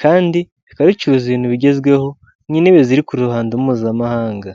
kandi rikaba ricuruza ibintu bigezweho, nk'intebe ziri ku ruhando mpuzamahanga.